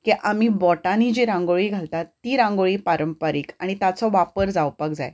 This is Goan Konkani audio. की आमी बोटांनी जी रांगोळी घालतात ती रांगोळी पारंपारीक आनी ताचो वापर जावपाक जाय